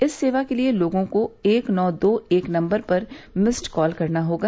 इस सेवा के लिए लोगों को एक नौ दो एक नम्बर पर मिस्ड कॉल करना होगा